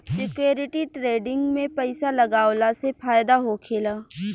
security trading में पइसा लगावला से फायदा होखेला